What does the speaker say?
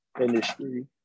industry